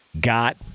got